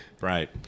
Right